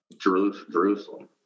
Jerusalem